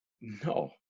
No